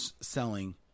selling